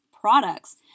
products